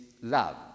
love